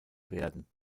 werden